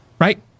right